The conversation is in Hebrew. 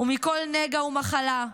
ומכל נגע ומחלה,